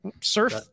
surf